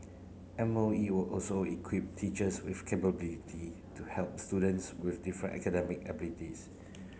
M O E will also equip teachers with capability to help students with different academic abilities